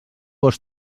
vos